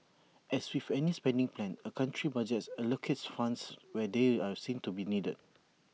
as with any spending plan A country's budget allocates funds where they are seen to be needed